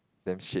damn shit